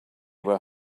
were